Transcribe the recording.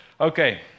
Okay